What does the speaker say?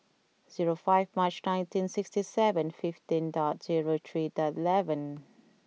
zero five Mar nineteen sixty seven fifteen dot zero three dot eleven